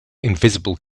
invisible